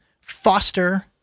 foster